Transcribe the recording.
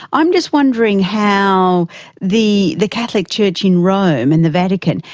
i'm just wondering how the the catholic church in rome and the vatican,